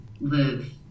live